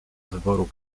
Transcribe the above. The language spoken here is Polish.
wyboru